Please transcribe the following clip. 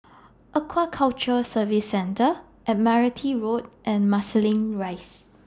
Aquaculture Services Centre Admiralty Road and Marsiling Rise